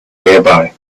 nearby